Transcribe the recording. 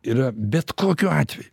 yra bet kokiu atveju